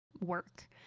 work